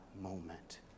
moment